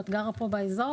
את גרה פה אזור.